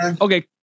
Okay